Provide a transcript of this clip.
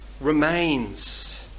remains